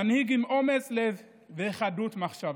מנהיג עם אומץ לב וחדות מחשבה.